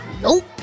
Nope